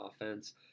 offense